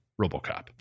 RoboCop